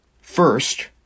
First